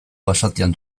basatian